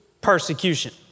persecution